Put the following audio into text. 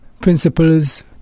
principles